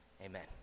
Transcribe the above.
Amen